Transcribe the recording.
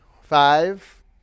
Five